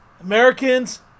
Americans